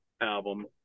album